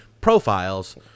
profiles